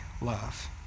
love